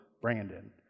Brandon